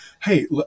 hey